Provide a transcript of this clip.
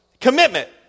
Commitment